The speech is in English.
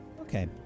Okay